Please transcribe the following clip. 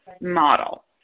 model